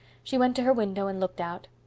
she went to her window and looked out.